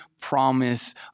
promise